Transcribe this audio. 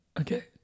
Okay